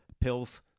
pills